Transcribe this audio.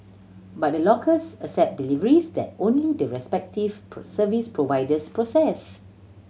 but the lockers accept deliveries that only the respective service providers process